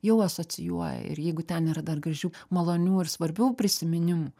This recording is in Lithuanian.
jau asocijuoja ir jeigu ten yra dar gražių malonių ir svarbių prisiminimų